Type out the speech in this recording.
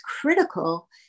critical